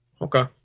Okay